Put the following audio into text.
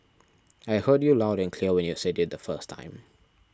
I heard you loud and clear when you said it the first time